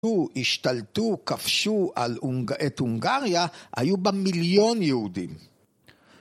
השתלטו, כבשו את הונגריה, היו בה מיליון יהודים.